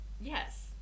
Yes